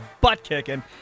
butt-kicking